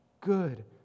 good